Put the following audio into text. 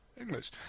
English